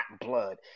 blood